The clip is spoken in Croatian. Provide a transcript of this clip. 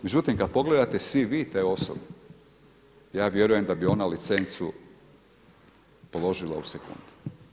Međutim kad pogledate CV te osobe ja vjerujem da bi ona licencu položila u sekundi.